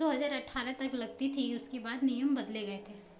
दो हज़ार अठारह तक लगती थी उसके बाद नियम बदले गए थे